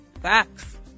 Facts